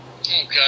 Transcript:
Okay